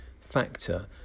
factor